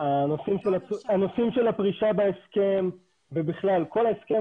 הנושאים של הפרישה בהסכם ובכלל כל ההסכם